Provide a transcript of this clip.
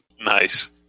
Nice